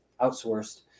outsourced